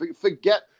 forget